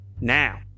Now